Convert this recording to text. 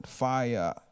fire